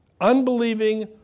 unbelieving